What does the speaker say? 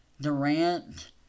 Durant